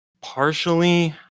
Partially